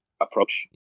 approach